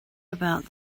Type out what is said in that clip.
about